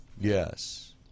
Yes